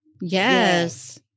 Yes